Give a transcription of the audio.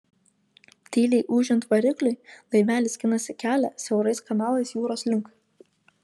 tyliai ūžiant varikliui laivelis skinasi kelią siaurais kanalais jūros link